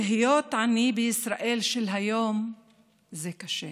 להיות עני בישראל של היום זה קשה.